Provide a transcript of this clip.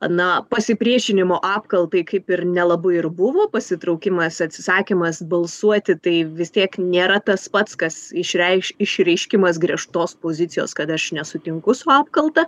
na pasipriešinimo apkaltai kaip ir nelabai ir buvo pasitraukimas atsisakymas balsuoti tai vis tiek nėra tas pats kas išreikš išreiškimas griežtos pozicijos kad aš nesutinku su apkalta